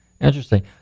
Interesting